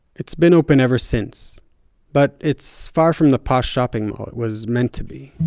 it's been opened ever since but its far from the posh shopping mall it was meant to be.